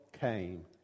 came